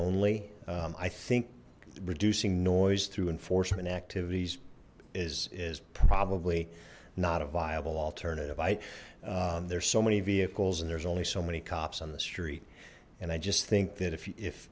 only i think reducing noise through enforcement activities is is probably not a viable alternative i there's so many vehicles and there's only so many cops on the street and i just think that if